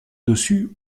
dessus